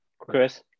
Chris